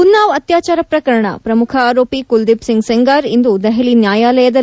ಉನ್ನಾವ್ ಅತ್ಯಾಚಾರ ಪ್ರಕರಣ ಪ್ರಮುಖ ಆರೋಪಿ ಕುಲ್ಲೀಪ್ ಸಿಂಗ್ ಸೆಂಗಾರ್ ಇಂದು ದೆಹಲಿ ನ್ಯಾಯಾಲಯದಲ್ಲಿ ಹಾಜರು